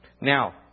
Now